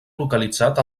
localitzat